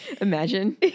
Imagine